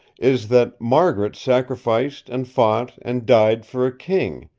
is that margaret sacrificed and fought and died for a king,